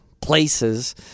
places